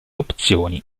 opzioni